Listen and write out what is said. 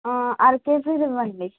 అర కేజీది ఇవ్వండి